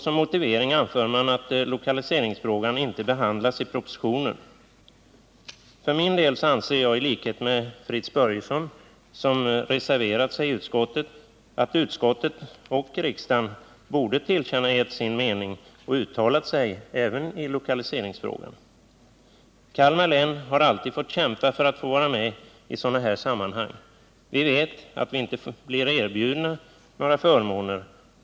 Som motivering anför man att lokaliseringsfrågan inte behandlas i propositionen. För min del anser jag, i likhet med Fritz Börjesson, som reserverat sig i utskottet, att utskottet och riksdagen borde tillkännagett sin mening och uttalat sig även i lokaliseringsfrågan. Kalmar län har alltid fått kämpa för att få vara med i sådana här sammanhang. Vi vet att vi inte blir erbjudna några förmåner.